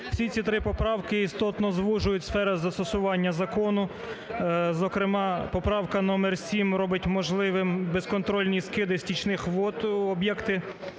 Всі ці поправки істотно звужують сфери застосування закону. Зокрема поправка номер 7 робить можливим безконтрольні скиди стічних вод в об'єкти вторинними